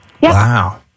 Wow